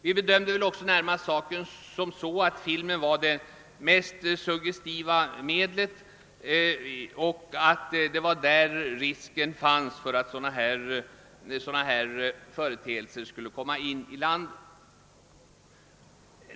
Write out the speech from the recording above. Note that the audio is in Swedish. Vi bedömde saken så, att filmen var det mest suggestiva mediet och att det var särskilt i form av film som sådant skulle komma att tränga in över landet.